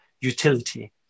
utility